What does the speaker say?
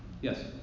Yes